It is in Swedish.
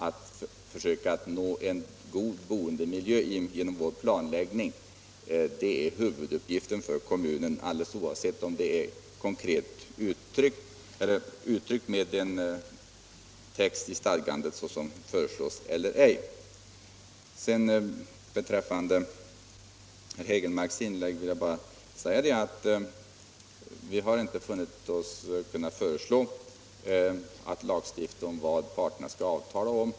Att försöka nå en god boendemiljö genom vår planläggning är huvuduppgiften för kommunen, alldeles oavsett om det är uttryckt med den text i stadgandet som föreslås eller ej. Beträffande herr Hägelmarks inlägg vill jag bara säga att vi inte har funnit oss kunna föreslå att man skall lagstifta om vad parterna skall avtala om.